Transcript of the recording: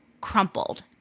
crumpled